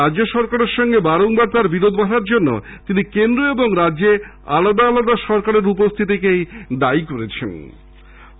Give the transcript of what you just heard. রাজ্য সরাকারের সঙ্গে বারবার তার বিরোধ বাঁধার জন্য তিনি কেন্দ্র ও রাজ্যে আলাদা আলাদা সরকারের উপস্থিতিকেই দায়ী করেন